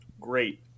Great